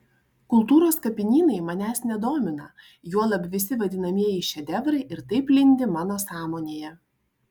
kultūros kapinynai manęs nedomina juolab visi vadinamieji šedevrai ir taip lindi mano sąmonėje